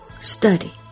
study